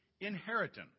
inheritance